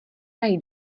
mají